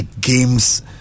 games